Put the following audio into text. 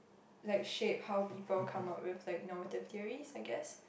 like shape how people come up with like normative theories I guess